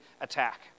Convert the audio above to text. attack